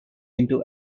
into